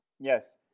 Yes